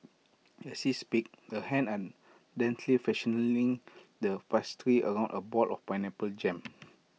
as she speaks the hands are deftly fashioning the pastry around A ball of pineapple jam